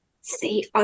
see